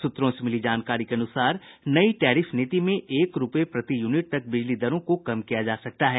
सूत्रों से मिली जानकारी के अनुसार नई टैरिफ नीति में एक रूपये प्रति यूनिट तक बिजली दरों को कम किया जा सकता है